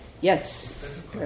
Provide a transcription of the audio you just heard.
yes